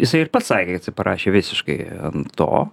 jisai ir pats sakė kad jisai prašė visiškai to